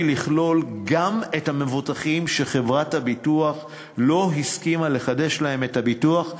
לכלול גם את המבוטחים שחברת הביטוח לא הסכימה לחדש להם את הביטוח,